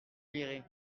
lirez